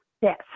yes